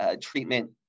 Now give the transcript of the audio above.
treatment